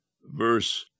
verse